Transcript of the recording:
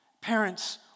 Parents